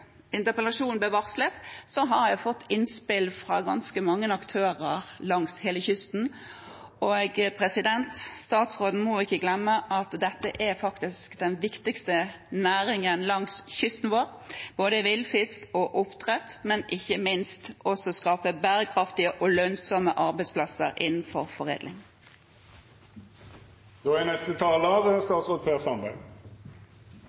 interpellasjonen ble varslet, har jeg fått innspill fra ganske mange aktører langs hele kysten. Statsråden må ikke glemme at dette faktisk er den viktigste næringen langs kysten vår – både villfisk og oppdrett – ikke minst for å skape bærekraftige og lønnsomme arbeidsplasser innenfor foredling. Jeg er